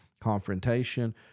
confrontation